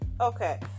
Okay